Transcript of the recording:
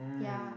ya